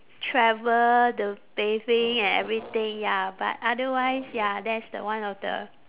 travel the bathing and everything ya but otherwise ya that's the one of the